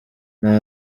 nta